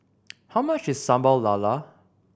how much is Sambal Lala